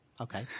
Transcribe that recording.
Okay